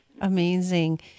Amazing